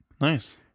Nice